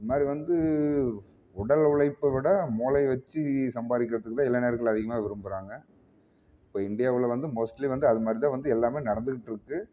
இது மாதிரி வந்து உ உடல் உழைப்பை விட மூளை வெச்சு சம்பாதிக்கிறத்துக்கு தான் இளைஞர்கள் அதிகமாக விரும்புகிறாங்க இப்போ இந்தியாவில் வந்து மோஸ்ட்லி வந்து அது மாதிரி தான் வந்து எல்லாமே நடந்துக்கிட்டு இருக்குது